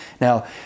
Now